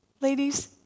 ladies